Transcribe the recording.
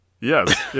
Yes